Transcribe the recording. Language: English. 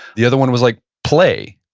the other one was like play,